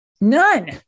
None